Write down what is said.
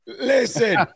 Listen